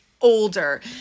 older